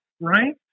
right